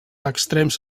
extrems